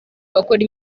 bakora